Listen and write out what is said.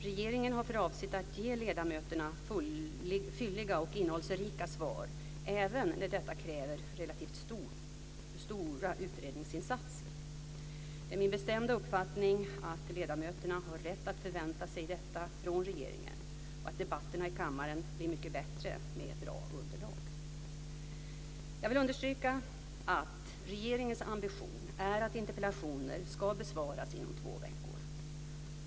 Regeringen har för avsikt att ge ledamöterna fylliga och innehållsrika svar, även när detta kräver relativt stora utredningsinsatser. Det är min bestämda uppfattning att ledamöterna har rätt att förvänta sig detta från regeringen och att debatterna i kammaren blir mycket bättre med bra underlag. Jag vill understryka att regeringens ambition är att interpellationer ska besvaras inom två veckor.